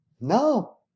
No